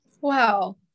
Wow